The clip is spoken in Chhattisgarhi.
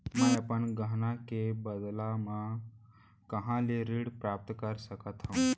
मै अपन गहना के बदला मा कहाँ ले ऋण प्राप्त कर सकत हव?